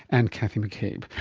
and cathy mccabe.